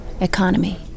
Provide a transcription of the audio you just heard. economy